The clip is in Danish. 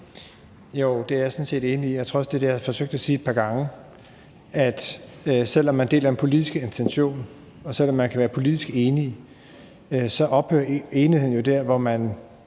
Jo, det er jeg sådan set enig i. Jeg tror også, at det er det, jeg har forsøgt at sige et par gange, nemlig at selv om man deler den politiske intention, og selv om man kan være politisk enig, ophører enigheden jo der, hvor man